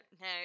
No